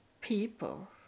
people